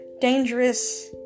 dangerous